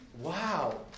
wow